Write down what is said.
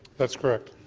that is correct.